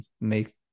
make